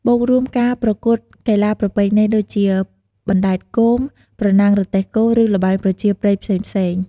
បូករួមការប្រកួតកីឡាប្រពៃណីដូចជា បណ្ដែតគោម ប្រណាំងរទេះគោ ឬល្បែងប្រជាប្រិយផ្សេងៗ។